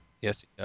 yes